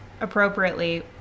appropriately